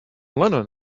lennon